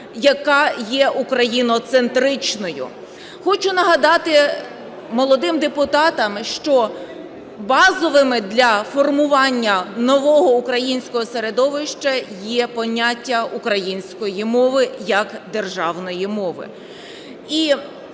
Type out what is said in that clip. яка є україноцентричною. Хочу нагадати молодим депутатам, що базовими для формування нового українського середовища є поняття української мови як державної мови.